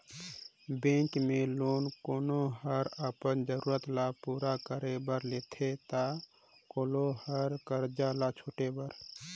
bank ले loan कोनो हर अपन जरूरत ल पूरा करे बर लेथे ता कोलो हर करजा ल छुटे बर